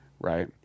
right